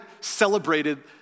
celebrated